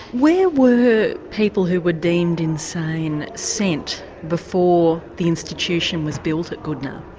where were people who were deemed insane sent before the institution was built at goodna?